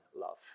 love